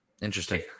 Interesting